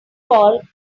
call